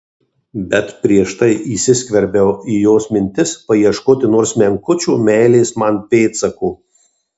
bet prieš tai įsiskverbiau į jos mintis paieškoti nors menkučio meilės man pėdsako